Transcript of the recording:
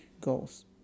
goals